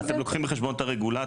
אתם לוקחים בחשבון את הרגולטור,